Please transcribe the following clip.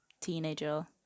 teenager